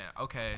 okay